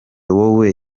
wowe